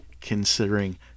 considering